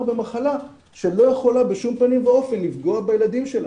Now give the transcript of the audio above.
במחלה שלא יכולה בשום פנים ואופן לפגוע בילדים שלהם.